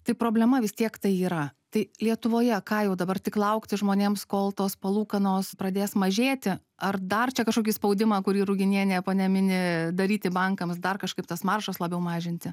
tai problema vis tiek tai yra tai lietuvoje ką jau dabar tik laukti žmonėms kol tos palūkanos pradės mažėti ar dar čia kažkokį spaudimą kurį ruginienė ponia mini daryti bankams dar kažkaip tas maržas labiau mažinti